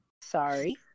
Sorry